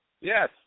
Yes